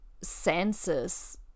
senses